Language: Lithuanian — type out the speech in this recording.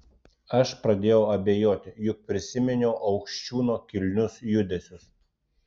aš pradėjau abejoti juk prisiminiau aukščiūno kilnius judesius